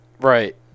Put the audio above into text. Right